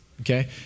okay